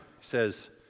says